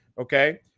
okay